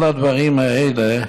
כל הדברים האלה,